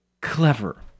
clever